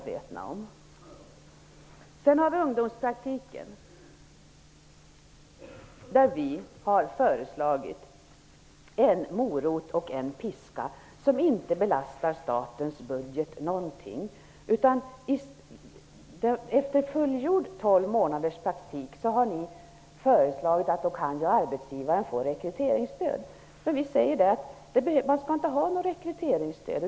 Vad gäller ungdomspraktiken har vi föreslagit en morot och en piska som inte alls skulle belasta statens budget. Ni har föreslagit att arbetsgivaren efter det att en person fullgjort tolv månaders praktik skulle kunna få rekryteringsstöd. Vi menar att det inte skall utgå något rekryteringsstöd.